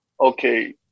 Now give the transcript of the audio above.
okay